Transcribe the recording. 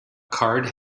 card